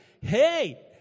hey